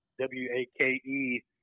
W-A-K-E